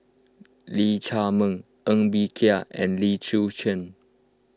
Lee Chiaw Meng Ng Bee Kia and Lim Chwee Chian